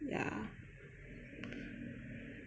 yeah